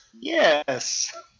Yes